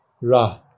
Ra